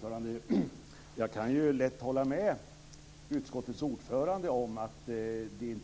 Fru talman! Jag kan ju lätt hålla med utskottets ordförande om att det